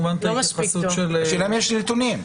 השאלה אם יש נתונים.